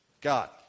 God